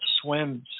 swims